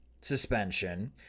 suspension